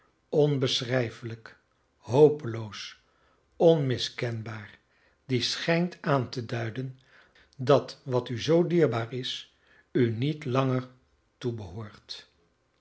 onbeschrijfelijk hopeloos onmiskenbaar die schijnt aan te duiden dat wat u zoo dierbaar is u niet langer